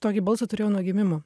tokį balsą turėjau nuo gimimo